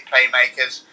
playmakers